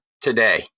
today